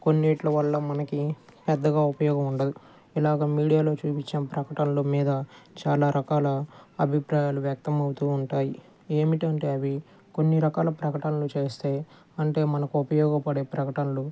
కొన్నింటల వల్ల మనకి పెద్దగా ఉపయోగం ఉండదు ఇలాగా మీడియాలో చూపించే ప్రకటనల మీద చాలా రకాల అభిప్రాయాలు వ్యక్తమవుతూ ఉంటాయి ఏమిటంటే అవి కొన్ని రకాల ప్రకటనలు చేస్తే అంటే మనకు ఉపయోగపడే ప్రకటనలు